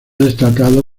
destacado